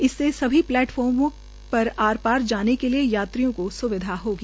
इससे सभी प्लेटफार्मो पर आर पार जाने के लिए यात्रियों की स्विधा होगी